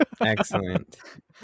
Excellent